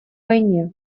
войне